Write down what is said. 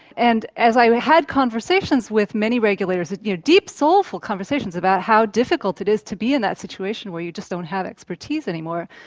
and as i had conversations with many regulators, you know deep soulful conversations about how difficult it is to be in that situation where you just don't have expertise anymore,